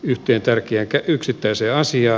yhtiön tärkeitä yksittäisiä asia